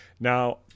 Now